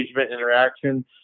interaction